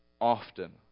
often